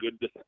good